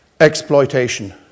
exploitation